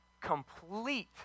complete